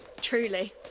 truly